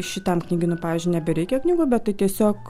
šitam knygynui pavyzdžiui nebereikia knygų bet tai tiesiog